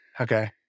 Okay